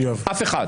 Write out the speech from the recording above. אף אחד.